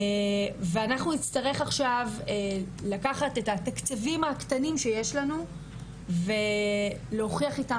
ואנחנו נצטרך עכשיו לקחת את התקציבים הקטנים שיש לנו ולהוכיח איתם